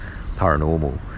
paranormal